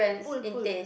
pull pull